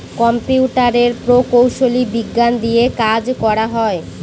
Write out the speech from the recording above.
কম্পিউটারের প্রকৌশলী বিজ্ঞান দিয়ে কাজ করা হয়